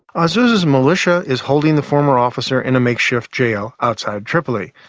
azzuz's militia is holding the former officer in a makeshift jail outside tripoli.